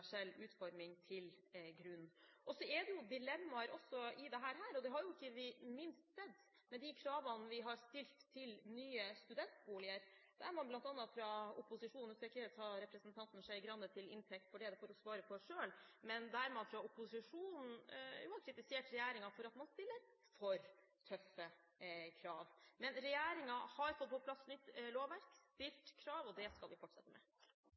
universell utforming til grunn. Så er det dilemmaer også i dette, det har vi ikke minst sett med de kravene vi har stilt til nye studentboliger – nå skal jeg ikke ta representanten Skei Grande til inntekt for det, det får hun svare for selv – men der har jo opposisjonen kritisert regjeringen for at man stiller for tøffe krav. Men regjeringen har fått på plass et nytt lovverk, stilt krav, og det skal vi fortsette med.